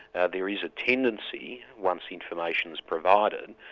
now there is a tendency, once information's provided,